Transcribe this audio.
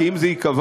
כי אם זה ייקבע